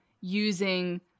using